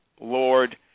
Lord